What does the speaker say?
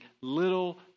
little